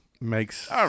Makes